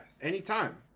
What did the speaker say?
Anytime